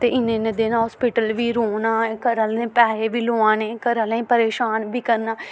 ते इन्ने इन्ने दिन हास्पिटल बी रौह्ना घरै आह्लें दे पैहे बी लोआने घरै आह्लें गी परेशान बी करना